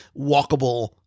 walkable